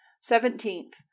Seventeenth